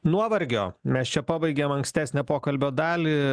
nuovargio mes čia pabaigėm ankstesnę pokalbio dalį